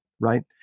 right